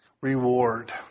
reward